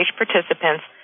participants